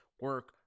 Work